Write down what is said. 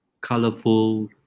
colorful